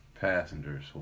passengers